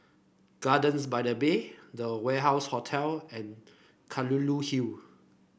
Gardens by the Bay The Warehouse Hotel and Kelulut Hill